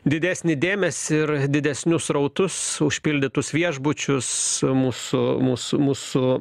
didesnį dėmesį ir didesnius srautus užpildytus viešbučius mūsų mūsų mūsų